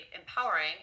empowering